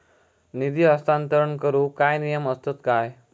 निधी हस्तांतरण करूक काय नियम असतत काय?